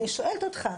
אני שואלת אותך,